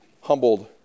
humbled